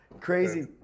Crazy